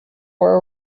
were